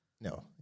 No